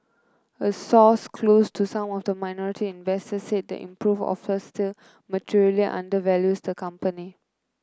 a source close to some of the minority investor said the improved offer still materially undervalues the company